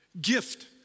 gift